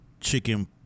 chicken